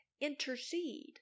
intercede